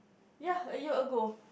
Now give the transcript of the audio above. ya a year ago